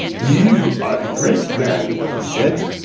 you are a great man! he said.